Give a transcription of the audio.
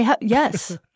Yes